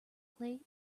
plate